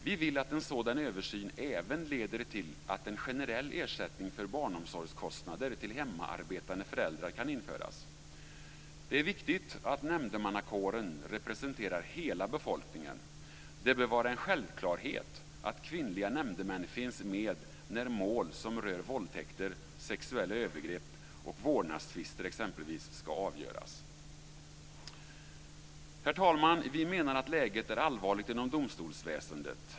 Vi vill att en sådan översyn även leder till att en generell ersättning för barnomsorgskostnader till hemarbetande föräldrar kan införas. Det är viktigt att nämndemannakåren representerar hela befolkningen. Det bör vara en självklarhet att kvinnliga nämndemän finns med när mål som rör exempelvis våldtäkter, sexuella övergrepp och vårdnadstvister ska avgöras. Herr talman! Vi menar att läget är allvarligt inom domstolsväsendet.